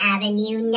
Avenue